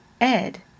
ed